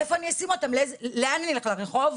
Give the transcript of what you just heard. איפה אני אשים אותם, לאן אני אלך, לרחוב?